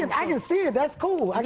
and i can see it, that's cool. i